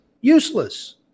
Useless